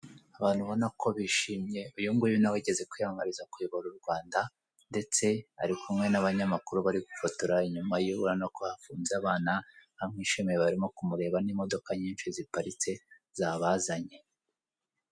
Abantu ubona ko bishimye, uyu nguyu nawe wigeze kwiyamamariza kuyobora u Rwanda ndetse ari kumwe n'abanyamakuru bari gufotora. Inyuma ye urabona ko hari abana ubona ko bamwishimiye hari n'imodoka nyinshi ziparitse zabazanye.